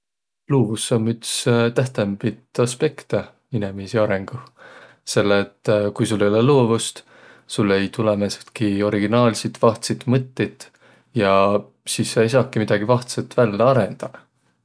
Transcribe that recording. Luuvus om üts tähtsämbit aspekte inemiisi arõnguh. Selle et ku sul ei olõq luuvust, sul ei tulõq määntsitki originaalsit vahtsit mõttit ja sis saq ei saakiq midägi vahtsõt vällä arõndaq.